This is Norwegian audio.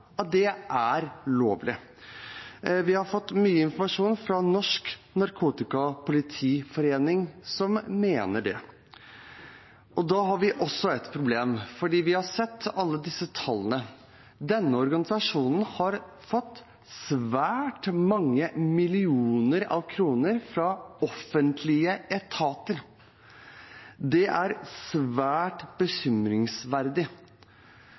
at det er lovlig – vi har fått mye informasjon fra Norsk Narkotikapolitiforening, som mener det. Da har vi et problem, for vi har sett alle disse tallene. Denne organisasjonen har fått svært mange millioner kroner fra offentlige etater. Det er svært